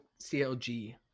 CLG